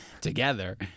Together